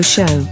Show